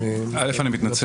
אל"ף, אני מתנצל.